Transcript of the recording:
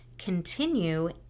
continue